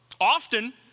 Often